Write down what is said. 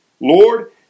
Lord